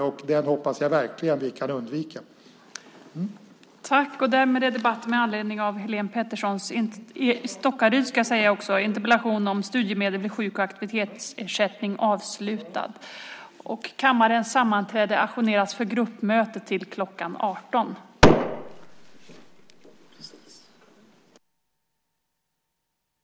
Jag hoppas verkligen att vi kan undvika den.